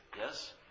Yes